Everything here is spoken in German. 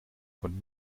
von